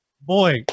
boy